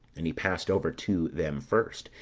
and he passed over to them first,